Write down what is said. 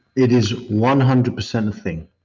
it is one hundred percent a thing.